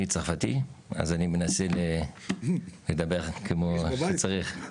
אני צרפתי, אז אני מנסה לדבר כמו שצריך.